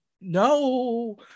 no